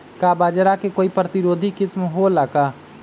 का बाजरा के कोई प्रतिरोधी किस्म हो ला का?